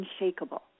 unshakable